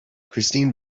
christine